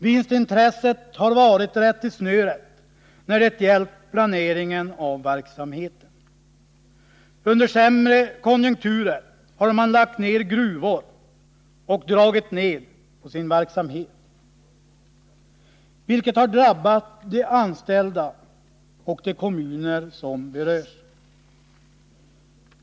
Vinstintresset har varit rättesnöret när det gällt planeringen av verksamheten. Under sämre konjunkturer har man lagt ner gruvor och dragit ner på sin verksamhet, vilket har drabbat de anställda och de kommuner som berörs.